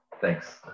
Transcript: Thanks